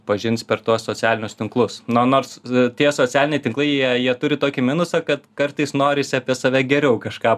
pažins per tuos socialinius tinklus no nors tie socialiniai tinklai jie jie turi tokį minusą kad kartais norisi apie save geriau kažką